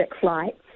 flights